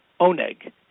oneg